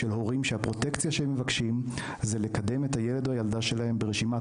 של הורים שהפרוטקציה שהם מבקשים היא לקדם את הילד או הילדה שלהם ברשימת